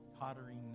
pottering